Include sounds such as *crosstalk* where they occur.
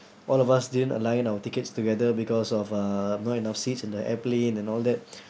all of us didn't align our tickets together because of uh not enough seats in the airplane and all that *breath*